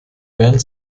während